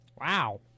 Wow